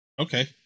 Okay